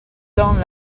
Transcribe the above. dans